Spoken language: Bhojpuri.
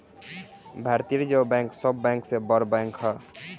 भारतीय रिज़र्व बैंक सब बैंक से बड़ बैंक ह